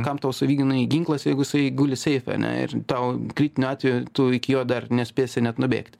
kam tau savigynai ginklas jeigu jisai guli seife ane ir tau kritiniu atveju tu iki jo dar nespėsi net nubėgti